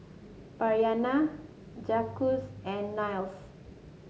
Bryana Jacques and Niles